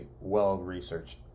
well-researched